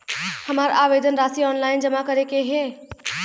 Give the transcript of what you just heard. हमार आवेदन राशि ऑनलाइन जमा करे के हौ?